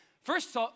First